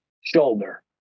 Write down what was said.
shoulder